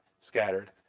scattered